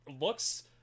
looks